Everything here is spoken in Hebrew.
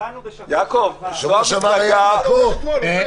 קבענו בשבוע שעבר.